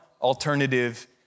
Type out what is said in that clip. alternative